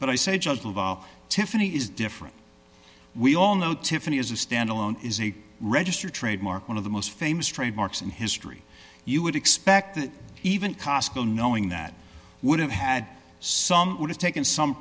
but i say tiffany is different we all know tiffany is a standalone is a registered trademark one of the most famous trademarks in history you would expect that even cosco knowing that would have had some would have taken some